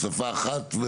שפה אחת.